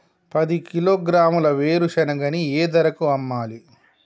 పది కిలోగ్రాముల వేరుశనగని ఏ ధరకు అమ్మాలి?